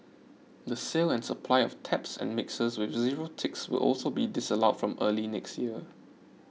the sale and supply of taps and mixers with zero ticks will also be disallowed from early next year